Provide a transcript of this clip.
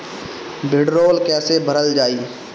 भीडरौल कैसे भरल जाइ?